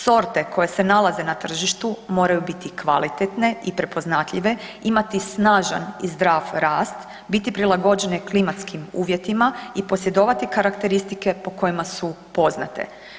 Sorte koje se nalaze na tržištu, moraju biti kvalitetne i prepoznatljive, imati snažan i rast, biti prilagođene klimatskim uvjetima i posjedovati karakteristike su poznate.